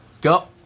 Go